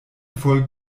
volk